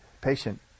Patient